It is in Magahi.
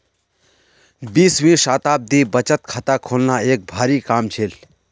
बीसवीं शताब्दीत बचत खाता खोलना एक भारी काम छील